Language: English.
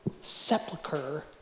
sepulcher